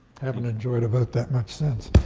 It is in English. haven't enjoyed about that much since,